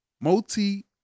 Multi